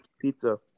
Pizza